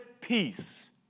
peace